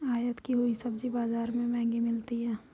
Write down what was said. आयत की हुई सब्जी बाजार में महंगी मिलती है